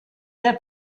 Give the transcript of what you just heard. der